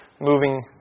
moving